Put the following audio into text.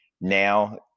now